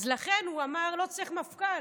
לכן הוא אמר: לא צריך מפכ"ל.